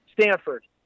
Stanford